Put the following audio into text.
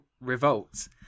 revolts